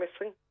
missing